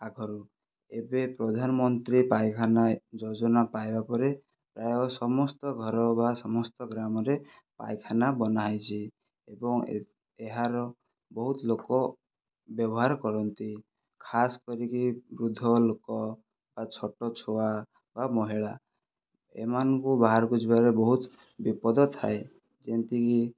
ଆଗରୁ ଏବେ ପ୍ରଧାନମନ୍ତୀ ପାଇଖାନା ଯୋଜନା ପାଇବା ପରେ ପ୍ରାୟ ସମସ୍ତ ଘର ବା ସମସ୍ତ ଗ୍ରାମରେ ପାଇଖାନା ବନା ହୋଇଛି ଏବଂ ଏହାର ବହୁତ ଲୋକ ବ୍ୟବହାର କରନ୍ତି ଖାସ କରିକି ବୃଦ୍ଧ ଲୋକ ଆଉ ଛୋଟ ଛୁଆ ଆଉ ମହିଳା ଏମାନଙ୍କୁ ବାହାରକୁ ଯିବାରେ ବହୁତ ବିପଦ ଥାଏ ଯେମିତିକି